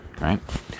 right